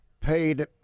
paid